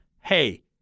hey